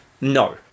No